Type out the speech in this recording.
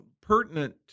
pertinent